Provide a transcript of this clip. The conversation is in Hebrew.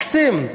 מקסים.